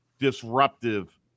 Disruptive